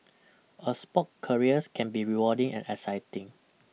a spork careers can be rewarding and exciting